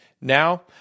Now